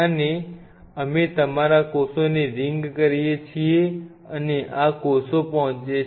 અને અમે તમારા કોષોને રિંગ કરીએ છીએ અને આ કોષો પહોંચે છે